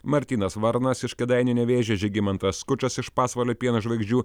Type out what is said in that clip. martynas varnas iš kėdainių nevėžis žygimantas skučas iš pasvalio pieno žvaigždžių